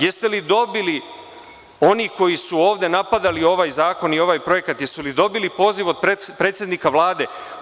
Da lis te dobili, oni koji su ovde napadali ovaj zakon i ovaj projekat, da li su dobili poziv od predsednika Vlade?